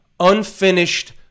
unfinished